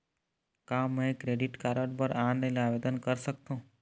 का मैं credit card बर ऑनलाइन आवेदन कर सकथों?